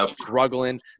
struggling